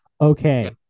Okay